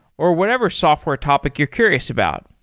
or whatever software topic you're curious about.